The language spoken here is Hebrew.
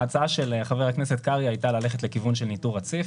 ההצעה של חבר הכנסת קרעי הייתה ללכת לכיוון של ניטור רציף.